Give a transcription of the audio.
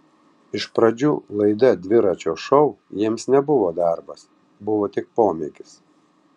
iš pradžių laida dviračio šou jiems nebuvo darbas buvo tik pomėgis